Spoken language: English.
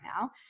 now